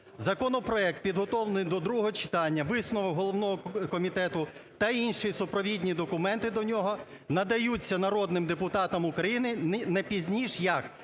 законопроект, підготовлений до другого читання, висновок головного комітету та інші супровідні документи до нього надаються народним депутатам України не пізніше як